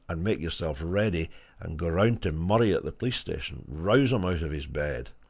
and make yourself ready and go round to murray at the police-station rouse him out of his bed.